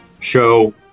show